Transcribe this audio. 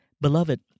Beloved